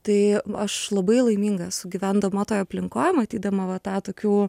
tai aš labai laiminga esu gyvendama toj aplinkoj matydama va tą tokių